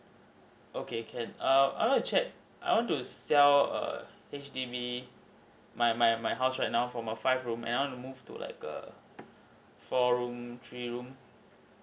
okay can err I'd like to check I want to sell err H_D_B my my my house right now for my five room and I want to move to like a four room three room